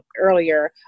earlier